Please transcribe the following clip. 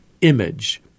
image